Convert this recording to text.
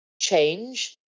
change